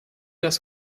das